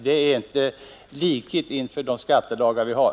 Det är inte likhet inför de skattelagar vi har.